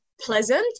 pleasant